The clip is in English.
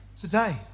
today